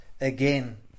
again